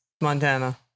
Montana